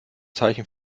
zeichen